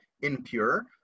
impure